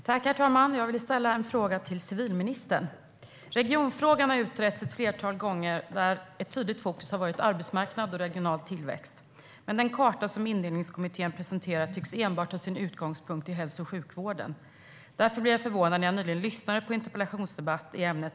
Herr talman! Jag vill ställa en fråga till civilministern. Regionfrågan har utretts ett flertal gånger. Ett tydligt fokus har varit arbetsmarknad och regional tillväxt. Men den karta som Indelningskommittén presenterat tycks enbart ta sin utgångspunkt i hälso och sjukvården. Därför blev jag förvånad när jag nyligen lyssnade på en interpella-tionsdebatt i ämnet.